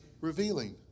revealing